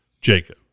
Jacob